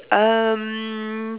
um